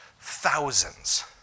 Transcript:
thousands